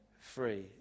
free